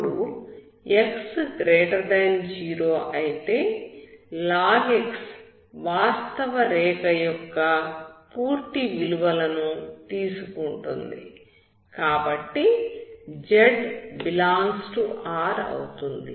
ఇప్పుడు x0 అయితే log x వాస్తవ రేఖ యొక్క పూర్తి విలువలను తీసుకుంటుంది కాబట్టి z∈R అవుతుంది